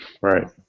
Right